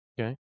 Okay